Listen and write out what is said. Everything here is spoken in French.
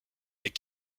est